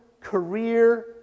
career